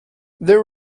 there